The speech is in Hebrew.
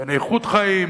בין איכות חיים,